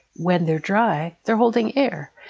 when they're dry they're holding air.